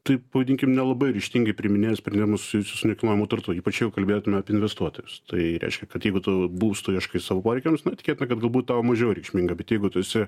taip pavadinkim nelabai ryžtingai priiminėja sprendimus susijusius su nekilnojamu turtu ypač jeigu kalbėtume apie investuotojus tai reiškia kad jeigu tu būsto ieškai savo poreikiams na tikėtina kad galbūt tau mažiau reikšminga bet jeigu tu esi